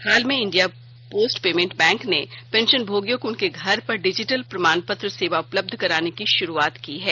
हाल में India post payment bank ने पेंशनभोगियों को उनके घर पर डिजिटल प्रमाणपत्र सेवा उपलब्ध कराने की शुरूआत की है